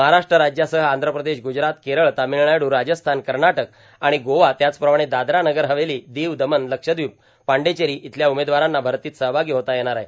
महाराष्ट्र राज्यासह आंध्रप्रदेश ग्रजरात केरळ र्तामळनाडू राजस्थान कनाटक र्आण गोवा त्याचप्रमाणे दादरा नगरहवेलो र्दिव दमण लक्षर्द्र्वप पोंडेचेरो इथल्या उमेदवारांना भरतीत सहभागी होता येणार आहे